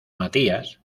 matías